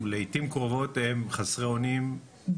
לעיתים קרובות הם חסרי אונים יותר מאיתנו.